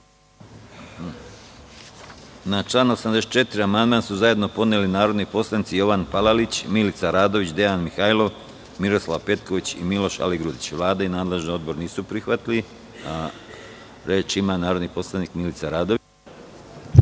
Na član 84. amandman su zajedno podneli narodni poslanici Jovan Palalić, Milica Radović, Dejan Mihajlov, Miroslav Petković i Miloš Aligrudić. Vlada i nadležni odbor nisu prihvatili amandman. Da li neko